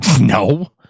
No